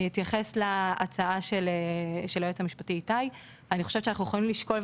אני אתייחס להצעה של היועץ המשפטי איתי: אני חושבת שאנחנו יכולים לשקול,